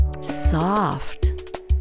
soft